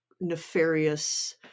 nefarious